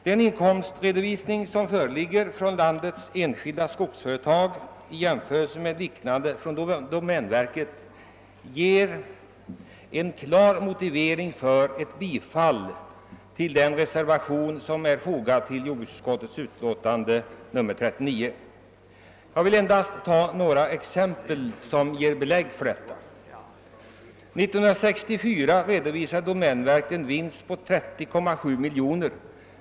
Den inkomstredovisning som föreligger från landets enskilda skogsföretag utgör vid jämförelse med motsvarande redovisning från domänverket en klar motivering för ett bifall till den reservation som är fogad till jordbruksutskottets utlåtande nr 39. Jag vill anföra några få exempel som ger belägg för detta. År 1964 redovisade domänverket en vinst på 30,7 miljoner kronor.